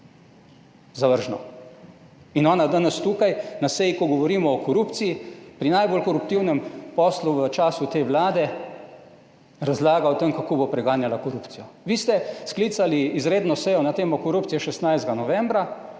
Zavržno. In ona danes tukaj na seji, ko govorimo o korupciji, pri najbolj koruptivnem poslu v času te Vlade razlaga o tem, kako bo preganjala korupcijo. Vi ste sklicali izredno sejo na temo korupcije 16. novembra.